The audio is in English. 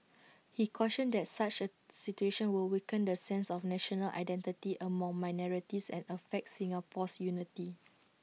he cautioned that such A situation will weaken the sense of national identity among minorities and affect Singapore's unity